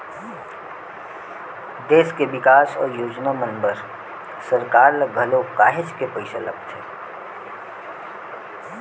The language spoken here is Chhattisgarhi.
देस के बिकास अउ योजना मन बर सरकार ल घलो काहेच के पइसा लगथे